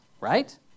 right